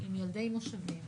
עם ילדי מושבים,